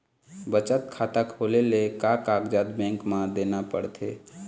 बचत खाता खोले ले का कागजात बैंक म देना पड़थे?